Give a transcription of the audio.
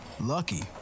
lucky